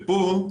פה,